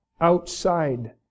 outside